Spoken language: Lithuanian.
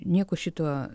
nieko šituo